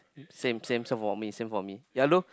same same same for me same for me yalor